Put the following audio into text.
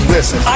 Listen